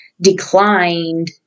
declined